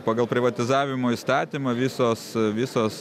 pagal privatizavimo įstatymą visos visos